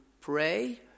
pray